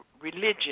religion